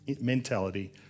mentality